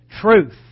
Truth